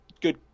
good